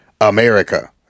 America